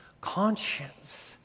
conscience